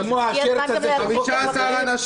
כמו השרץ של חוק ההסדרים?